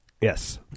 Yes